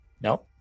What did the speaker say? No